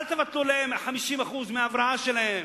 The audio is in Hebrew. אל תבטלו להם 50% מההבראה שלהם.